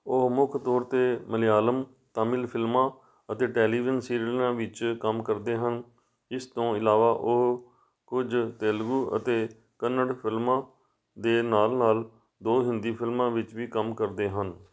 ਉਹ ਮੁੱਖ ਤੌਰ 'ਤੇ ਮਲਿਆਲਮ ਤਾਮਿਲ ਫਿਲਮਾਂ ਅਤੇ ਟੈਲੀਵਿਜ਼ਨ ਸੀਰੀਅਲਾਂ ਵਿੱਚ ਕੰਮ ਕਰਦੇ ਹਨ ਇਸ ਤੋਂ ਇਲਾਵਾ ਉਹ ਕੁਝ ਤੇਲਗੂ ਅਤੇ ਕੰਨੜ ਫਿਲਮਾਂ ਦੇ ਨਾਲ ਨਾਲ ਦੋ ਹਿੰਦੀ ਫਿਲਮਾਂ ਵਿੱਚ ਵੀ ਕੰਮ ਕਰਦੇ ਹਨ